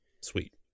Sweet